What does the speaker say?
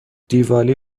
دیوالی